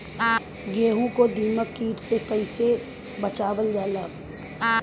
गेहूँ को दिमक किट से कइसे बचावल जाला?